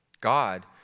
God